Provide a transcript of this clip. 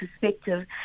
perspective